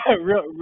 Real